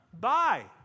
buy